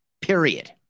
period